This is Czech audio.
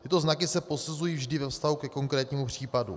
Tyto znaky se posuzují vždy ve vztahu ke konkrétnímu případu.